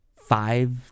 five